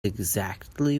exactly